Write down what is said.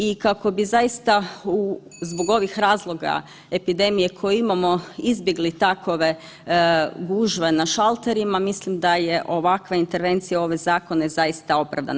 I kako bi zaista zbog ovih razloga epidemije koji imamo izbjegli takove gužve na šalterima, mislim da je ovakva intervencija u ove zakone zaista opravdana.